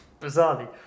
bizarrely